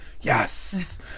yes